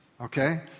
Okay